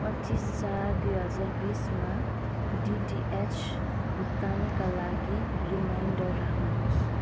पच्चिस चार दुई हजार बिसमा डिटिएच भुक्तानीका लागि रिमाइन्डर राख्नुहोस्